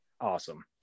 Awesome